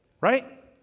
Right